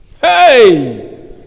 Hey